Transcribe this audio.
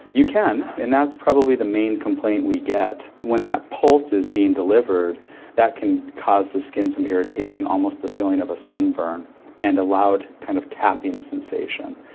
you can and that's probably the main complaint we get. when that pulse is being delivered that can cause the skin some irritation, almost the feeling of a sunburn and a loud kind of tapping sensation.